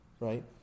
Right